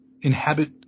inhabit